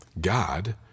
God